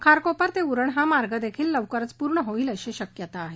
खारकोपर ते उरण हा मार्ग देखील लवकरच पूर्ण होईल अशी शक्यता आहे